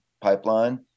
pipeline